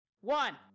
one